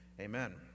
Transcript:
Amen